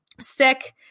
sick